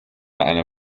eine